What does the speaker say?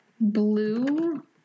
Blue